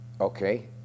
Okay